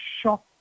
shock